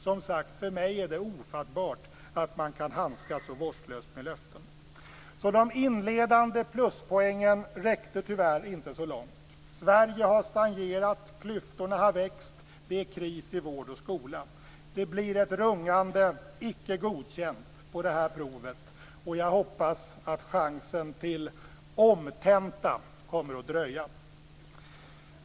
För mig är det som sagt ofattbart att man kan handskas så vårdslöst med löften. Så de inledande pluspoängen räckte tyvärr inte så långt. Sverige har stagnerat. Klyftorna har växt. Det är kris i vård och skola. Det blir ett rungande icke godkänt på det här provet, och jag hoppas att chansen till omtenta kommer att dröja.